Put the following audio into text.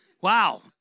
Wow